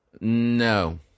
No